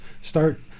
start